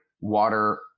water